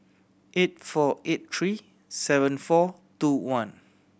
eight four eight three seven four two one